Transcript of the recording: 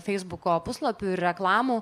feisbuko puslapių ir reklamų